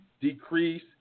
decrease